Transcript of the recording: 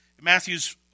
Matthew's